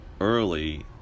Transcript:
early